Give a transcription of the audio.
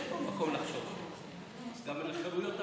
יש פה מקום לחשוב גם על חירויות הפרט.